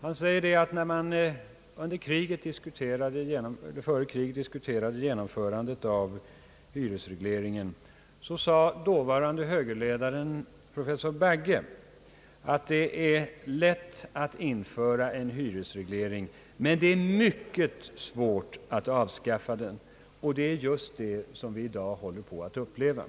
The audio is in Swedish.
Han säger att när man före kriget diskuterade genomförandet av hyresregleringen sade dåvarande högerledaren, professor Bagge, att det är lätt att införa en hyresreglering men det är mycket svårt att avskaffa den. Och det är just det som vi i dag upplever.